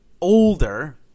older